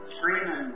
Screaming